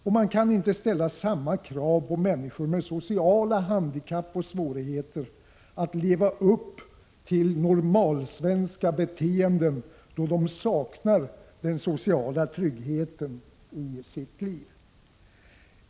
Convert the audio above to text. Man kan inte heller ställa samma krav på människor med sociala handikapp och svårigheter att leva upp till ”normalsvenska” beteenden, då de saknar den sociala tryggheten i sitt liv.